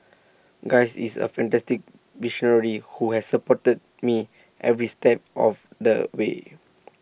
guy is A fantastic visionary who has supported me every step of the way